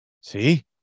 See